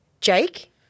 jake